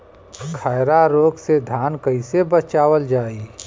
खैरा रोग से धान कईसे बचावल जाई?